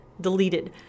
deleted